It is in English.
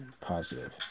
positive